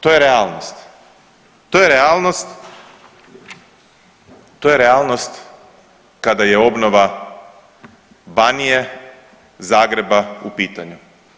To je realnost, to je realnost, to je realnost kada je obnova Banije, Zagreba u pitanju.